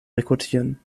rekrutieren